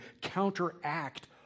counteract